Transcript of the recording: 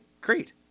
great